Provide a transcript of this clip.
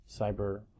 cyber